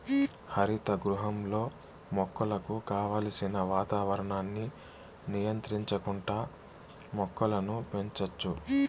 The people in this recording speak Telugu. హరిత గృహంలో మొక్కలకు కావలసిన వాతావరణాన్ని నియంత్రించుకుంటా మొక్కలను పెంచచ్చు